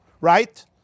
Right